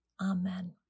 Amen